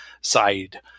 side